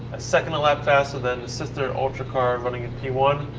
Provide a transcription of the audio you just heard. a second a lap faster than the sister ultra car running in p one.